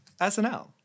SNL